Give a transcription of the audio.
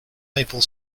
maple